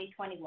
2021